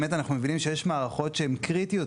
באמת אנחנו מבינים שיש מערכות שהן קריטיות